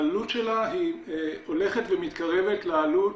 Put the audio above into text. הולכת ומתקרבת לעלות